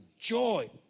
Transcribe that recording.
joy